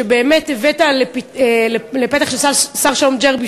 שבאמת הבאת לפתחו של שר-שלום ג'רבי,